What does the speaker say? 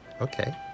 okay